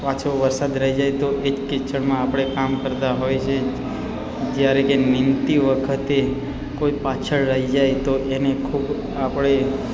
પાછો વરસાદ રહી જાય તો એ જ કિચડમાં આપણે કામ કરતાં હોય છે જ્યારે કે નીંદતી વખતે કોઈ પાછળ રહી જાય તો એને ખૂબ આપણે